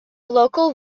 local